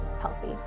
healthy